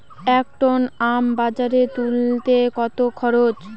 এক টন আম বাজারে তুলতে কত খরচ?